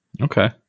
Okay